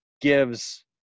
gives